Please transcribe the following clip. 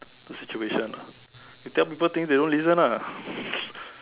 the situation ah you tell people things they don't listen ah